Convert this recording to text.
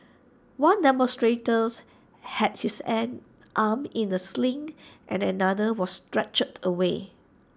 one demonstrators had his an arm in A sling and another was stretchered away